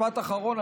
משפט אחרון.